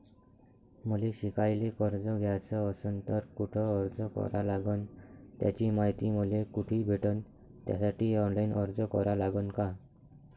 मले शिकायले कर्ज घ्याच असन तर कुठ अर्ज करा लागन त्याची मायती मले कुठी भेटन त्यासाठी ऑनलाईन अर्ज करा लागन का?